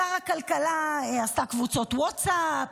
שר הכלכלה עשה קבוצות ווטסאפ,